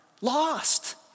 lost